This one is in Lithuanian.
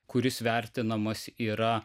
kuris vertinamas yra